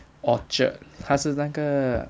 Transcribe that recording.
orchard 它是那个